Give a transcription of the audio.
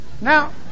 Now